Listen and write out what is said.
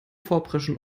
vorpreschen